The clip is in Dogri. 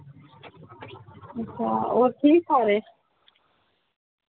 अच्छा और ठीक सारे